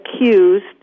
accused